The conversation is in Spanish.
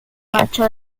marchó